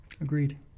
Agreed